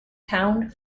pound